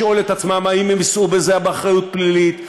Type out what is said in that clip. לשאול את עצמם אם הם יישאו בזה באחריות פלילית,